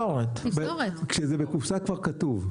כשזה בקופסה, כבר כתוב.